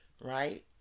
right